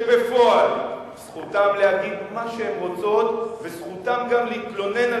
שבפועל זכותן להגיד מה שהן רוצות וזכותן גם להתלונן על